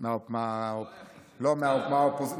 הוא לא היחיד שנמצא.